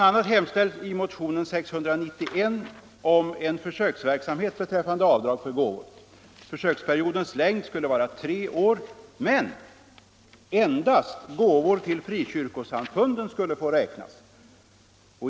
a. hemställs i motionen 691 om en försöksverksamhet beträffande avdrag för gåvor. Försöksperiodens längd skulle vara tre år. Men endast gåvor till frikyrkosamfunden skulle få räknas.